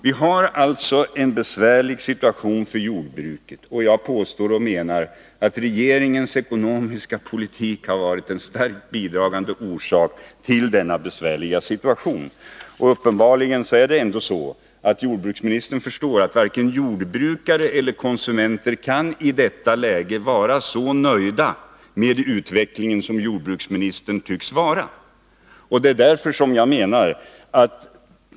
Det är alltså besvärligt för jordbruket, och jag menar att regeringens ekonomiska politik har varit en starkt bidragande orsak härtill. Uppenbarligen förstår jordbruksministern att varken jordbrukare eller konsumenter i detta läge kan vara lika nöjda med utvecklingen som jordbruksministern tycks vara.